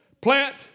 Plant